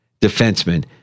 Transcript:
defenseman